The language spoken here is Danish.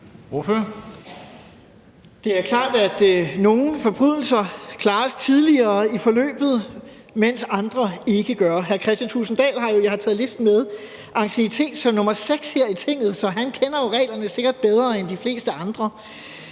Det er klart, at nogle forbrydelser klares tidligere i forløbet, mens andre ikke gør. Hr. Kristian Thulesen Dahl har, og jeg har taget listen med, anciennitet som nr. 6 her i Tinget, så han kender jo reglerne, sikkert bedre end de fleste andre,